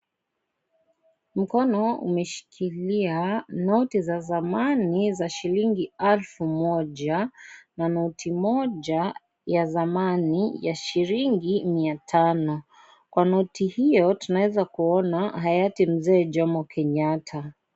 Mkono umeshikilia noti za samani za shilingi alfu moja na noti moja ya samani ya shilingi mia tano kwa noti hiyo tunaweza kuona hayati mzee Jomo Kenyatta .